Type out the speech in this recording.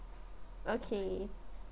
okay